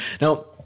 now